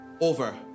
over